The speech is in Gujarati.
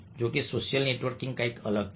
જો કે સોશિયલ નેટવર્કિંગ કંઈક અલગ છે